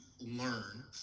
learn